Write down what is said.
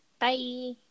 Bye